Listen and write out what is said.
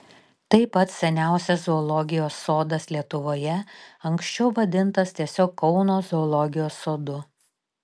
tai pats seniausias zoologijos sodas lietuvoje anksčiau vadintas tiesiog kauno zoologijos sodu